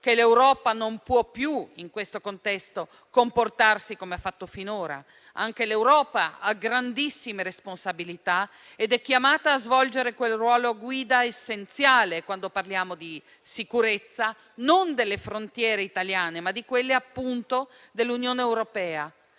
che l'Europa non può più, in questo contesto, comportarsi come ha fatto finora. Anche l'Europa ha grandissime responsabilità ed è chiamata a svolgere quel ruolo di guida essenziale quando parliamo di sicurezza, non delle frontiere italiane, ma di quelle, appunto, dell'Unione europea.